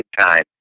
time